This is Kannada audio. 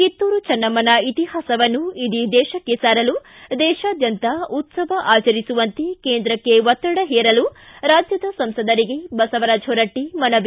ಿತ್ತುರು ಚನ್ನಮ್ನನ ಇತಿಹಾಸವನ್ನು ಇಡೀ ದೇಶಕ್ಕೆ ಸಾರಲು ದೇಶ್ವಾದ್ಯಂತ ಉತ್ತವ ಆಚರಿಸುವಂತೆ ಕೇಂದ್ರಕ್ಕೆ ಒತ್ತಡ ಹೇರಲು ರಾಜ್ಯದ ಸಂಸದರಿಗೆ ಬಸವರಾಜ್ ಹೊರಟ್ಟ ಮನವಿ